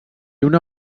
una